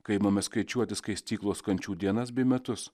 kai imame skaičiuoti skaistyklos kančių dienas bei metus